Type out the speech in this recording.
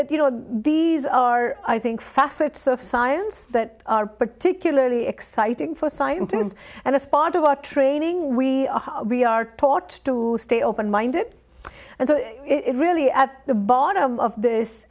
that you know these are i think facets of science that are particularly exciting for scientists and as part of our training we we are taught to stay open minded and so it really at the bottom of this